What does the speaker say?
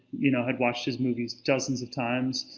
you know, i'd watched his movies dozens of times.